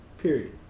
Period